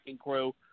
crew